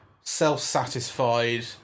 self-satisfied